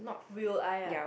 will I ah